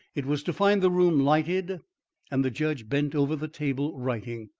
it was to find the room lighted and the judge bent over the table, writing.